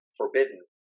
forbidden